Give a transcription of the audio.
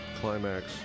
climax